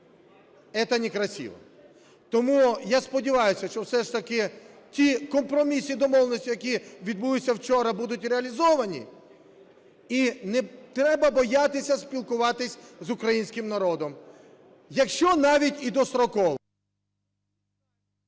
это не красиво. Тому я сподіваюся, що все ж таки ті компромісні домовленості, які відбулися вчора, будуть реалізовані. І не треба боятися спілкуватись з українським народом. Якщо навіть і достроково…